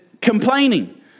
complaining